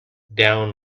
down